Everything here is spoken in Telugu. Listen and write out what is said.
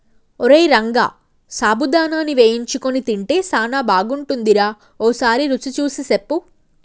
ఓరై రంగ సాబుదానాని వేయించుకొని తింటే సానా బాగుంటుందిరా ఓసారి రుచి సూసి సెప్పు